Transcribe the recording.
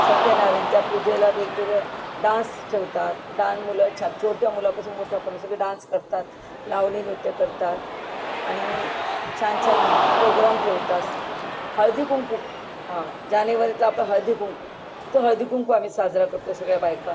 सत्यनारायणाच्या पूजेला वेगवेगळ्या डान्स ठेवतात डान मुलं छान छोट्या मुलापासून मोठ्यापर्यंत सगळे डान्स करतात लावणी नृत्य करतात आणि छान छान प्रोग्राम ठेवतात हळदीकुंकू जानेवारीतला आपला हळदीकुंकू तो हळदीकुंकू आम्ही साजरा करतो सगळ्या बायका